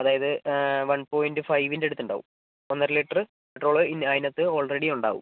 അതായത് one point ഫൈവിൻ്റെ അടുത്തുണ്ടാവും ഒന്നര ലിറ്റർ പെട്രോൾ അതിനകത്ത് ഓൾറെഡി ഉണ്ടാവും